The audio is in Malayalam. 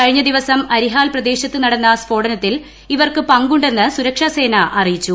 കഴിഞ്ഞ ദിവസം അരിഹാൽ പ്രദേശത്ത് നടന്ന സ്ഫോടനത്തിൽ ഇവർക്ക് പങ്കുണ്ടെന്ന് സുരക്ഷാസേന അറിയിച്ചു